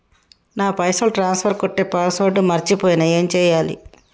నా పైసల్ ట్రాన్స్ఫర్ కొట్టే పాస్వర్డ్ మర్చిపోయిన ఏం చేయాలి?